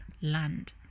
land